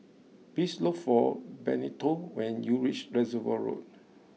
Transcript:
please look for Benito when you reach Reservoir Road